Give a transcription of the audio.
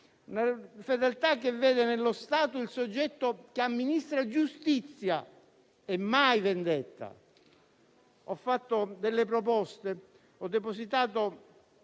Fedeltà che vede nello Stato il soggetto che amministra giustizia e mai vendetta. Io ho fatto delle proposte. Ho depositato